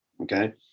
Okay